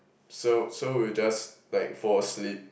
so so we'll just like fall asleep